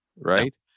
right